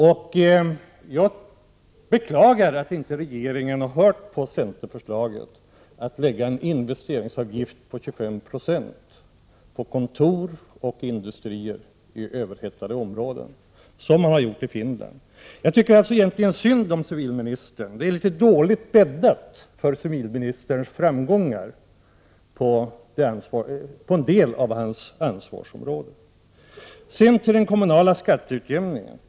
Jag beklagar att inte regeringen har lyssnat på centerförslaget att lägga en investeringsavgift på 25 Jo på kontor och industrier i överhettade områden, som man har gjort i Finland. Jag tycker alltså egentligen synd om civilministern. Det är dåligt bäddat för hans framgångar på en del av hans ansvarsområde. 2 Sedan till den kommunala skatteutjämningen.